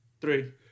three